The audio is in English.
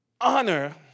Honor